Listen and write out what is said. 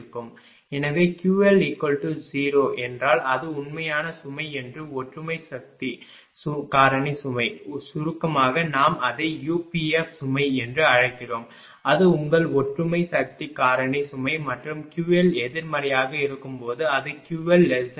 எனவே QL 0 என்றால் அது உண்மையான சுமை என்று ஒற்றுமை சக்தி காரணி சுமை சுருக்கமாக நாம் அதை UPF சுமை என்று அழைக்கிறோம் அது உங்கள் ஒற்றுமை சக்தி காரணி சுமை மற்றும் QL எதிர்மறையாக இருக்கும்போது அது QL 0